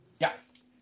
Yes